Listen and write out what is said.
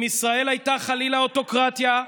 אם ישראל הייתה חלילה אוטוקרטיה,